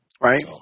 right